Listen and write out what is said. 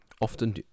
often